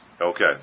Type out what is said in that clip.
Okay